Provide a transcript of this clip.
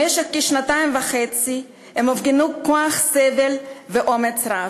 במשך כשנתיים וחצי הם הפגינו כוח סבל ואומץ רב.